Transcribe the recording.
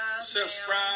Subscribe